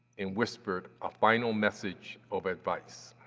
and whispered a final message of advice.